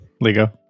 Lego